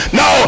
no